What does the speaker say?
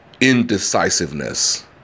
indecisiveness